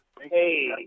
Hey